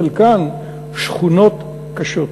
חלקן שחונות קשות.